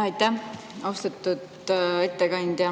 Aitäh! Austatud ettekandja!